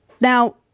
Now